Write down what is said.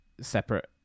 separate